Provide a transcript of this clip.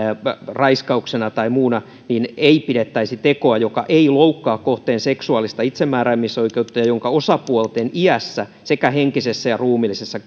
raiskauksena tai muuna ei pidettäisi tekoa joka ei loukkaa kohteen seksuaalista itsemääräämisoikeutta ja jonka osapuolten iässä sekä henkisessä ja ruumiillisessa